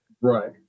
Right